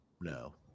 no